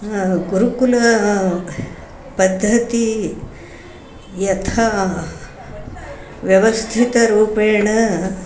गुरुकुलापद्धतिः यथा व्यवस्थितरूपेण